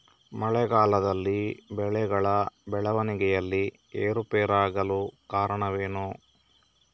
ಮಳೆಗಾಲದಲ್ಲಿ ಬೆಳೆಗಳ ಬೆಳವಣಿಗೆಯಲ್ಲಿ ಏರುಪೇರಾಗಲು ಕಾರಣವೇನು?